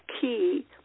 key